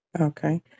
Okay